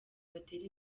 batere